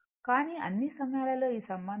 కానీ అన్ని సమయాలలో ఈ సంబంధాన్ని ఉపయోగించాలి